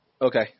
Okay